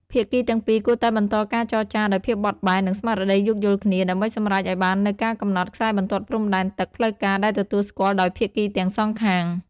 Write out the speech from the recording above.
ភាគីទាំងពីរគួរតែបន្តការចរចាដោយភាពបត់បែន និងស្មារតីយោគយល់គ្នា ដើម្បីសម្រេចឱ្យបាននូវការកំណត់ខ្សែបន្ទាត់ព្រំដែនទឹកផ្លូវការដែលទទួលស្គាល់ដោយភាគីទាំងសងខាង។